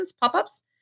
pop-ups